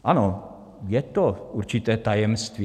Ano, je to určité tajemství.